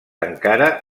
encara